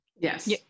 Yes